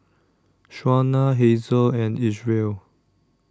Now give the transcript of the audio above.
Shauna Hazel and Isreal